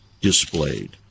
displayed